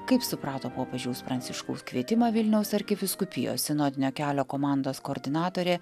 kaip suprato popiežiaus pranciškaus kvietimą vilniaus arkivyskupijos sinodinio kelio komandos koordinatorė